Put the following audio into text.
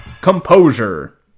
Composure